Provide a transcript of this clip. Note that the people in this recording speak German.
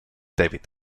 david